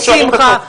שמחה,